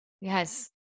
Yes